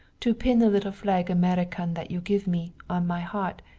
to pin the little flag american that you give me, on my heart,